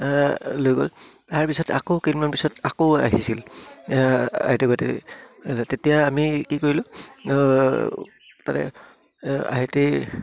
লৈ গ'ল তাৰ পিছত আকৌ কেইদিনমান পিছত আকৌ আহিছিল তেতিয়া আমি কি কৰিলোঁ তাতে আই আই টিৰ